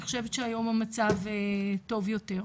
אני חושבת שהיום המצב טוב יותר.